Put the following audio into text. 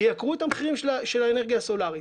ייקרו את המחירים של האנרגיה הסולרית.